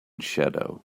shadow